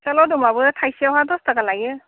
फिथा लावदुमाबो थाइसेयावहा दस थाखा लायो